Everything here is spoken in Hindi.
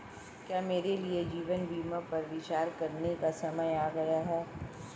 क्या मेरे लिए जीवन बीमा पर विचार करने का समय आ गया है?